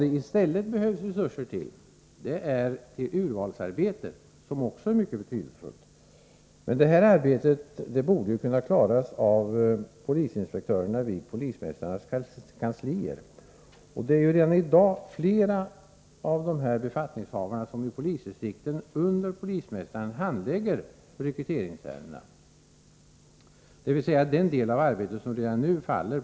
I,stället; behövs.det resurser till uryalsarbetet, som också är, mycket. betydelsefullt. ; Detta arbete, .bordejemellertid, , kunna, klaras. av; polisinspektörerna vid polismästarnas kanslier. Det är redani dag flera av, de; här befattningshavarna som i polisdistriktemunder polismästaren handlägger rekryteringsärendena,; dys.-den:del av, arbetet. isomi redan, nu, faller.